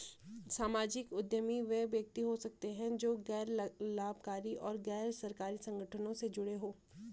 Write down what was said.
सामाजिक उद्यमी वे व्यक्ति हो सकते हैं जो गैर लाभकारी और गैर सरकारी संगठनों से जुड़े हों